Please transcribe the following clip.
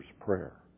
prayer